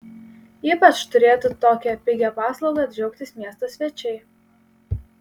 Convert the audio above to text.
ypač turėtų tokia pigia paslauga džiaugtis miesto svečiai